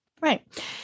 Right